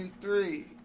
three